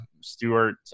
Stewart